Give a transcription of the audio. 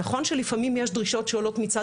נכון שלפעמים יש דרישות שעולות מצד